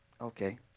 okay